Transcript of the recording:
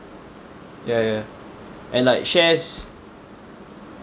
ya ya and like shares